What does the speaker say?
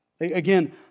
Again